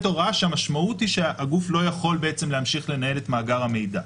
הוראה כשהמשמעות היא שהגוף לא יכול בעצם להמשיך לנהל את מאגר המידע.